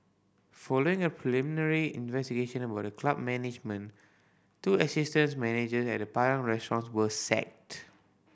following a preliminary investigation by the club management two assistants manager at the Padang Restaurant were sacked